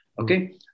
Okay